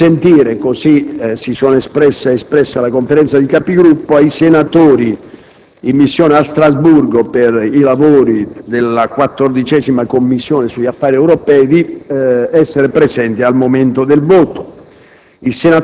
per consentire - così si è espressa la Conferenza dei Capigruppo - ai senatori in missione a Strasburgo per i lavori della 14a Commissione sugli affari europei di essere presenti al momento del voto.